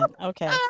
Okay